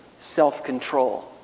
self-control